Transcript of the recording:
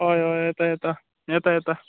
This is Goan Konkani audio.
हय हय येता येता येता येता